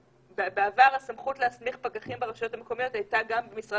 בעבר הסמכות להסמיך פקחים ברשויות המקומיות הייתה גם במשרד